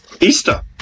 Easter